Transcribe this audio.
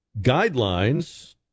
guidelines